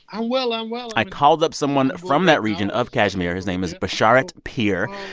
i'm well and well i called up someone from that region of kashmir. his name is basharat peer.